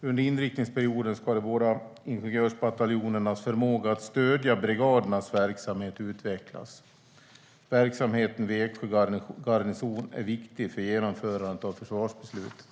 Under inriktningsperioden ska de båda ingenjörsbataljonernas förmåga att stödja brigadernas verksamhet utvecklas. Verksamheten vid Eksjö garnison är viktig för genomförandet av försvarsbeslutet.